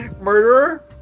Murderer